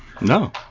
No